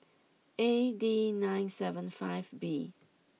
A D nine seven five B